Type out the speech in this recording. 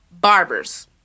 Barbers